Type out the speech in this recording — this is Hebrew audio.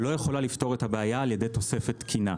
לא יכולה לפתור את הבעיה על-ידי תוספת תקינה.